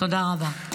תודה רבה.